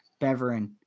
Beveren